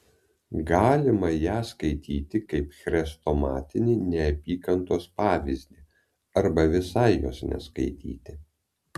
galima ją skaityti kaip chrestomatinį neapykantos pavyzdį arba visai jos neskaityti